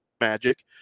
magic